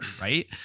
right